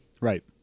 Right